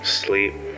sleep